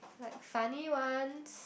like funny ones